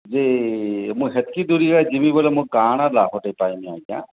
ଯେ ମୁଁ ହେତକି ଦୂରି ଦୂରା ଯିବି ବୋଲେ ମୁଁ କାଣା ଲାଭଟେ ପାଇମି ଆଜ୍ଞା